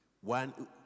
One